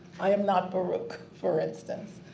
i am not baruch for instance.